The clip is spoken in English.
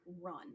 run